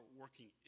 working